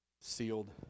sealed